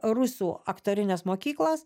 rusų aktorinės mokyklos